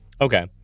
Okay